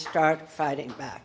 start fighting back